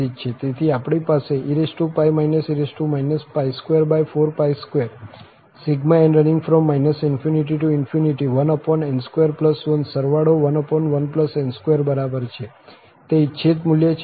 તેથી આપણી પાસે e e 242∑ ∞ 1n21 સરવાળો 11n2 એ બરાબર છે તે ઇચ્છિત મૂલ્ય છે